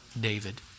David